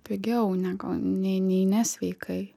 pigiau negu nei nei nesveikai